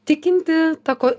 tikinti ta ko